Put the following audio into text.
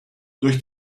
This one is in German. durch